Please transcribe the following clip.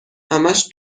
همش